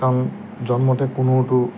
কাৰণ জন্মতে কোনোটো